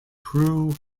crew